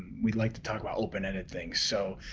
we like to talk about open ended things. so,